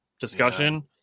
discussion